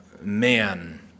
man